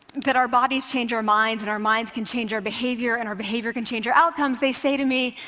that our bodies change our minds and our minds can change our behavior, and our behavior can change our outcomes, they say to me,